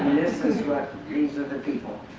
this is what these are the people.